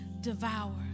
devour